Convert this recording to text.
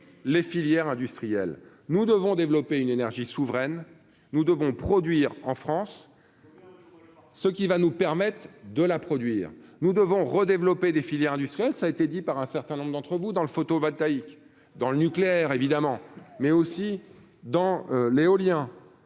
les filières industrielles, nous devons développer une énergie souveraine, nous devons produire en France ce qui va nous permettre de la produire, nous devons redévelopper des filières industrielles, ça a été dit par un certain nombre d'entre vous dans le photovoltaïque dans le nucléaire, évidemment, mais aussi dans l'éolien